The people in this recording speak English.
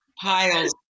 piles